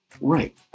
Right